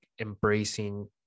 embracing